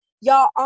y'all